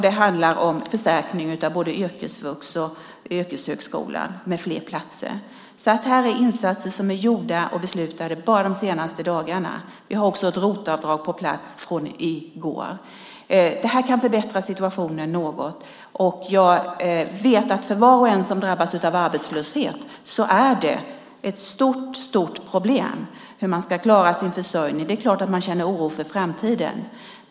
Det handlar om förstärkning av både yrkesvux och yrkeshögskolan med fler platser. Vi har också ett ROT-avdrag på plats från och med i går. Det här är insatser som är gjorda och beslutade bara de senaste dagarna, och de kan förbättra situationen något. Jag vet att det för var och en som drabbas av arbetslöshet är ett stort problem hur man ska klara sin försörjning. Det är klart att man känner oro för framtiden.